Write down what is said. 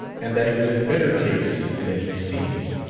and that he was in better case than he seemed.